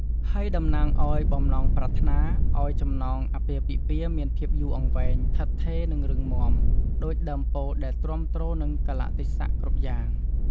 ហើយតំណាងឱ្យ បំណងប្រាថ្នាឱ្យចំណងអាពាហ៍ពិពាហ៍មានភាពយូរអង្វែង ឋិតថេរ និងរឹងមាំ ដូចដើមពោធិ៍ដែលទ្រាំទ្រនឹងកាលៈទេសៈគ្រប់យ៉ាង។